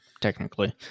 technically